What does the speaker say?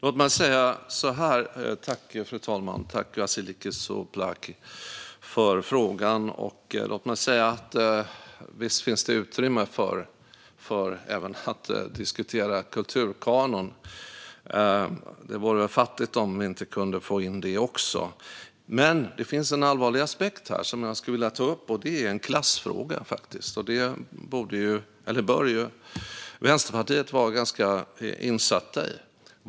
Fru talman! Tack, Vasiliki Tsouplaki, för frågan! Låt mig säga så här: Visst finns det utrymme även för att diskutera kulturkanon. Det vore väl fattigt om vi inte kunde få in det också. Men det finns en allvarlig aspekt som jag skulle vilja ta upp, och det är klassfrågan. Den bör ju Vänsterpartiet vara ganska insatt i.